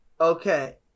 Okay